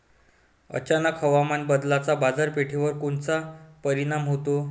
अचानक हवामान बदलाचा बाजारपेठेवर कोनचा परिणाम होतो?